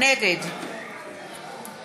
נגד